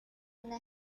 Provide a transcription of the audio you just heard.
una